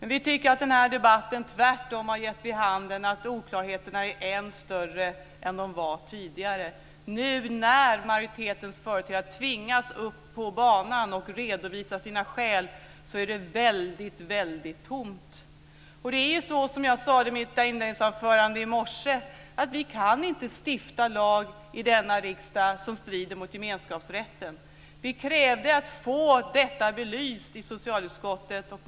Tvärtom har denna debatt gett vid handen att oklarheterna är större än de var tidigare. När nu majoritetens företrädare tvingas upp på banan för att redovisa sina skäl är det mycket tomt. Det är som jag sade i mitt inledningsanförande i morse, vi kan inte stifta lag i riksdagen som strider mot gemenskapsrätten. Vi krävde att få detta belyst i socialutskottet.